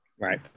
right